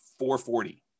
440